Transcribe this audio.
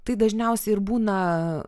tai dažniausiai ir būna